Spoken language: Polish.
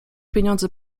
pieniądze